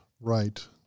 Right